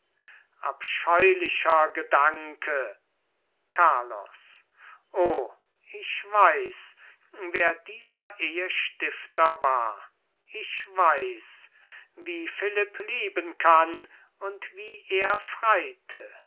abscheulicher gedanke carlos o ich weiß wer dieser ehe stifter war ich weiß wie philipp lieben kann und wie er freite